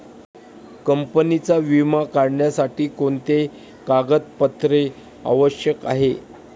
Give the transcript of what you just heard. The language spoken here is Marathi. कंपनीचा विमा काढण्यासाठी कोणते कागदपत्रे आवश्यक आहे?